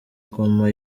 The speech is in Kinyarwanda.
ngoma